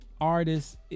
artists